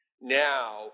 Now